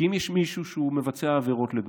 אם יש מישהו שמבצע עבירות, לדוגמה,